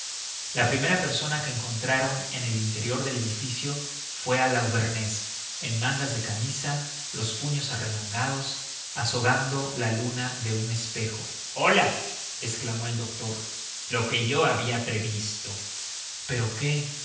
la primera persona que encontraron en el interior del edificio fue al auvernés en mangas de camisa los puños arremangados azogando la luna de un espejo hola exclamó el doctor lo que yo había previsto pero qué